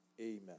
amen